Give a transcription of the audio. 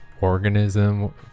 organism